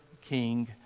King